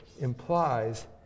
implies